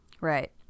Right